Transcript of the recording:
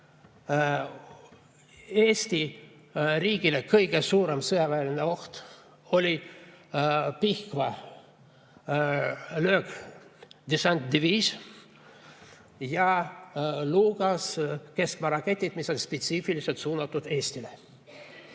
Eesti riigile oli kõige suurem sõjaväeline oht Pihkva löökdessantdiviis ja Luga keskmaaraketid, mis olid spetsiifiliselt suunatud Eestile.